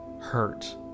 hurt